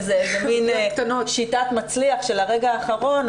איזה מין שיטת מצליח של הרגע האחרון,